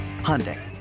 Hyundai